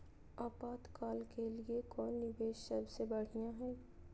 आपातकाल के लिए कौन निवेस सबसे बढ़िया है?